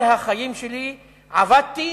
כל החיים שלי עבדתי